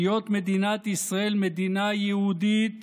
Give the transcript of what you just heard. בהיות מדינת ישראל מדינה יהודית